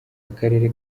akarere